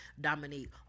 Dominique